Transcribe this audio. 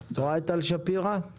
על